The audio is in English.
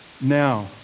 now